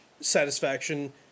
satisfaction